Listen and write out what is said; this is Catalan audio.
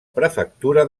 prefectura